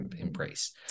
embrace